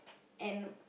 and